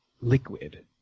liquid